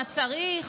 מה צריך,